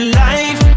life